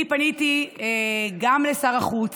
אני פניתי גם לשר החוץ,